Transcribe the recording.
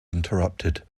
interrupted